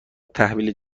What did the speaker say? تحویل